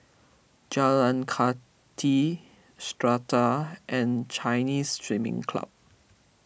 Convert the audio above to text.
Jalan Kathi Strata and Chinese Swimming Club